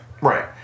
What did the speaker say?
Right